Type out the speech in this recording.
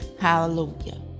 Hallelujah